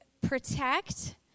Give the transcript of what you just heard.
protect